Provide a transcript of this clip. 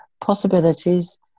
possibilities